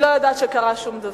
אני לא יודעת שקרה משהו.